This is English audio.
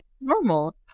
normal